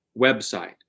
website